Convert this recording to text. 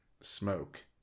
Smoke